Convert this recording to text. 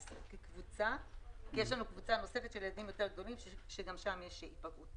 כי יש לנו קבוצה נוספת של ילדים יותר גדולים שגם שם יש היפגעות.